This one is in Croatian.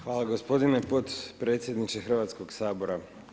Hvala gospodine potpredsjedniče Hrvatskog sabora.